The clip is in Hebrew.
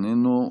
איננו,